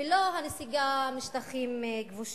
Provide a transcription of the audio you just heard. ולא הנסיגה משטחים כבושים.